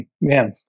man